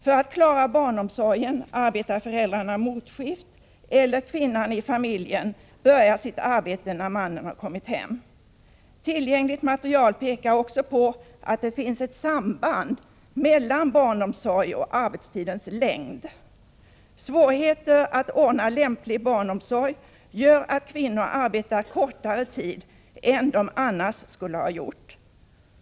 För att klara barnomsorgen arbetar föräldrarna antingen motskift eller också börjar kvinnan i familjen sitt arbete när mannen har kommit hem. Tillgängligt material pekar också på att det finns ett samband mellan barnomsorg och arbetstidens längd. Svårigheter att ordna lämplig barnomsorg gör att kvinnor arbetar kortare tid än de annars skulle ha gjort.